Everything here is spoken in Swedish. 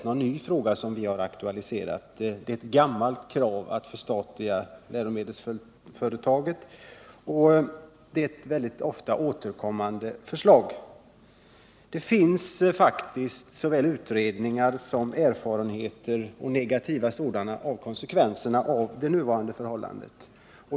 Den fråga som vi har aktualiserat är ingen ny fråga. Att förstatliga läromedelsproduktionen är ett gammalt krav och ett väldigt ofta återkommande förslag. Det finns faktiskt såväl utredningsresultat som erfarenheter, negativa sådana, i fråga om konsekvenserna av de förhållanden som nu råder.